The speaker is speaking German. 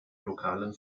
lokalen